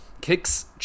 kicks